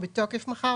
הוא בתוקף מחר.